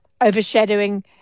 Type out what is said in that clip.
overshadowing